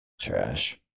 Trash